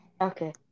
Okay